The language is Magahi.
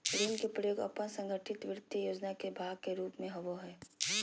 ऋण के प्रयोग अपन संगठित वित्तीय योजना के भाग के रूप में होबो हइ